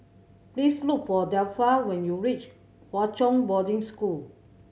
please look for Delpha when you reach Hwa Chong Boarding School